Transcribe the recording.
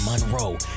Monroe